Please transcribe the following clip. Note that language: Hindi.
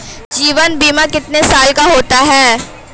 जीवन बीमा कितने साल का होता है?